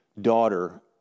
daughter